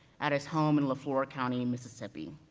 at his home in leflore county in mississippi.